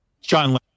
john